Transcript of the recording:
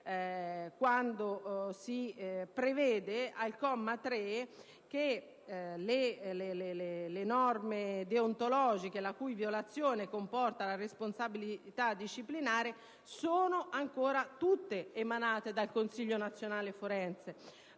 3, dove si prevede, al comma 3, che le norme deontologiche la cui violazione comporta responsabilità disciplinare, sono ancora tutte emanate dal Consiglio nazionale forense,